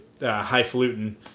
highfalutin